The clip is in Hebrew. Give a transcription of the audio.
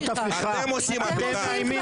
לא הפרעתי לך.